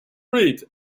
read